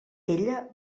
ella